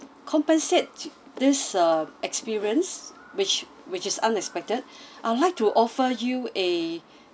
compensate this uh experience which which is unexpected I would like to offer you a